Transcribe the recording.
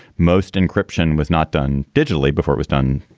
most encryption was not done digitally before it was done.